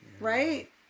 Right